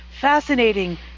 fascinating